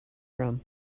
from